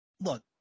Look